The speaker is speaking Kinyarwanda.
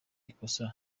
ikosa